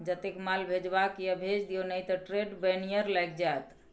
जतेक माल भेजबाक यै भेज दिअ नहि त ट्रेड बैरियर लागि जाएत